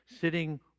sitting